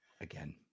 again